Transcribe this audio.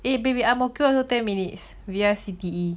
eh baby ang mo kio also ten minutes via C_T_E